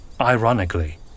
ironically